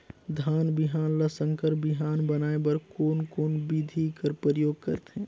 धान बिहान ल संकर बिहान बनाय बर कोन कोन बिधी कर प्रयोग करथे?